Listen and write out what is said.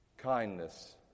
Kindness